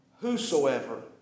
whosoever